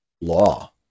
law